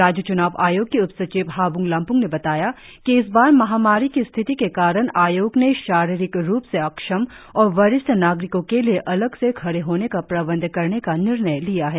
राज्य च्नाव आयोग के उप सचिव हाब्ंग लमप्ंग ने बताया कि इस बार महामारी की स्थिति के कारण आयोग ने शारीरिक रुप से अक्षम और वरिष्ठ नागरिको के लिए अलग से खड़े होने का प्रबंध करने का निर्णय लिया है